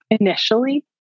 initially